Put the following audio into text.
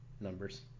numbers